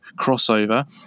crossover